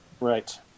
Right